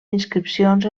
inscripcions